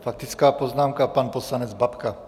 Faktická poznámka, pan poslanec Babka.